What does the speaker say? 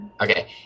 Okay